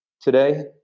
Today